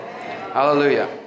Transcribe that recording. Hallelujah